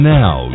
now